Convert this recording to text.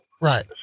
Right